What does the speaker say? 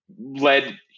led